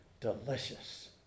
delicious